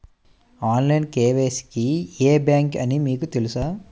Online KYC కి ఏ bank అని మీకు తెలుసా?